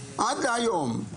עד היום,